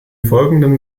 folgenden